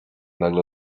nagle